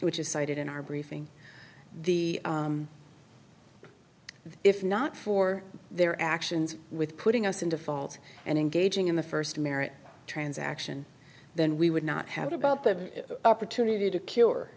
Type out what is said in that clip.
cited in our briefing the if not for their actions with putting us in default and engaging in the first marriage transaction then we would not have about the opportunity to cure